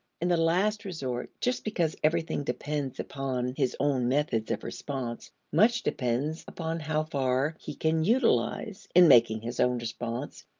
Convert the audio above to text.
in the last resort, just because everything depends upon his own methods of response, much depends upon how far he can utilize, in making his own response,